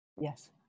Yes